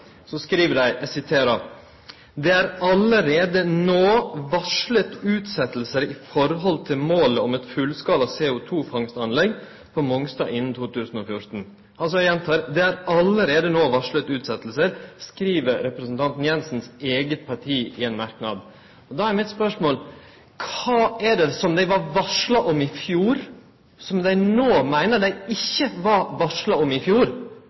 nå er varslet utsettelser i forhold til målet om ett fullskala CO2-fangstanlegg på Mongstad innen 2014». Eg gjentek: «Det er allerede nå varslet utsettelser», skreiv representanten Jensens eige parti i ein merknad. Då er mitt spørsmål: Kva er det som dei var varsla om i fjor, som dei no meiner dei ikkje var varsla om i fjor,